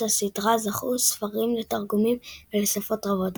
הסדרה זכו הספרים לתרגומים לשפות רבות.